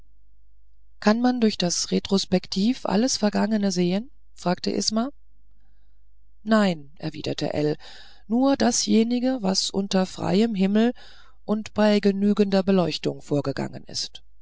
kann man durch das retrospektiv alles vergangene sehen fragte isma nein erwiderte ell nur dasjenige was unter freiem himmel und bei genügender beleuchtung vorgegangen ist